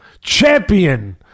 Champion